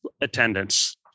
attendance